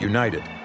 United